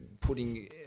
putting